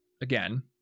again